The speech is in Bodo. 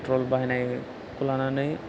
पेट्रेल बाहायनायखौ लानानै